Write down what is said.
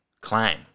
claim